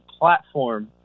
platform